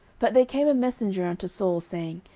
but there came a messenger unto saul, saying,